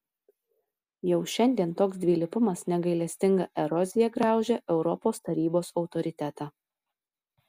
jau šiandien toks dvilypumas negailestinga erozija graužia europos tarybos autoritetą